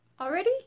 already